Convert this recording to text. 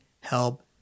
help